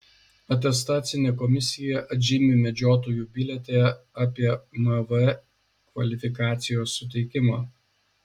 atestacinė komisija atžymi medžiotojų biliete apie mv kvalifikacijos suteikimą